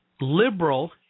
liberal